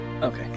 Okay